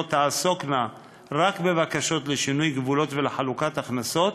תעסוקנה רק בבקשות לשינוי גבולות ולחלוקת הכנסות,